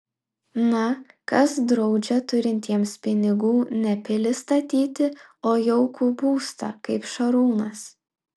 na kas draudžia turintiems pinigų ne pilį statyti o jaukų būstą kaip šarūnas